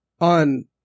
On